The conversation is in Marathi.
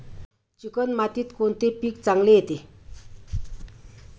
चिकण मातीत कोणते पीक चांगले येते?